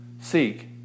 Seek